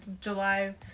July